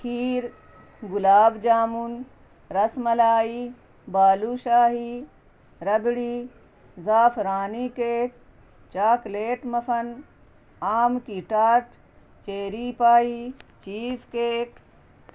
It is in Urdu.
کھیر گلاب جامن رس ملائی بالوشاہی ربڑی زعفرانی کیک چاکلیٹ مفن آم کی ٹاٹ چیری پائی چیز کیک